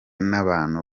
n’abantu